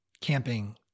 camping